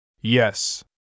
Yes